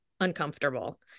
uncomfortable